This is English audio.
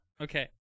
Okay